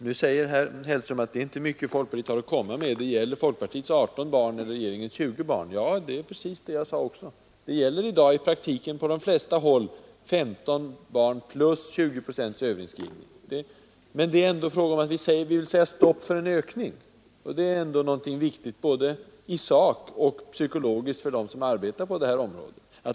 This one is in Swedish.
Herr Hellström säger att folkpartiet inte har mycket att komma med, att diskussionen gäller folkpartiets förslag om 18 barn eller regeringens förslag om 20 barn. Det är precis vad jag sade. Man har i dag i praktiken på de flesta håll 15 barn plus 20 procents överinskrivning. Men vi vill ändå sätta stopp för en ökning, och det är viktigt både i sak och psykologiskt för dem som arbetar på det här området.